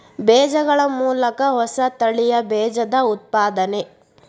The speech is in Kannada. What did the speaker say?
ಬೇಜಗಳ ಮೂಲಕ ಹೊಸ ತಳಿಯ ಬೇಜದ ಉತ್ಪಾದನೆ